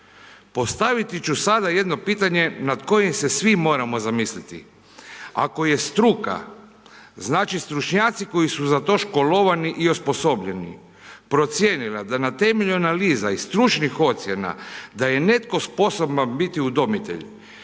Postaviti ću sada jedno pitanje, nad kojim se svi moramo zamisliti. Ako je struka, znači stručnjaci, koji su za to školovani i osposobljeni, procijenila da na temelju analiza i stručnih ocjena, da je netko sposoban biti udomitelj,